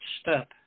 step